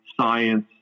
science